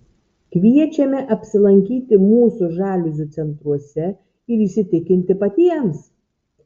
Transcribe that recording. kviečiame apsilankyti mūsų žaliuzių centruose ir įsitikinti patiems